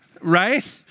right